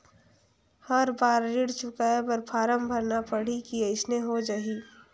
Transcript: हर बार ऋण चुकाय बर फारम भरना पड़ही की अइसने हो जहीं?